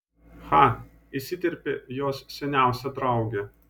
cha įsiterpė jos seniausia draugė